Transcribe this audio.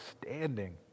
standing